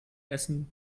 essen